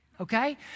okay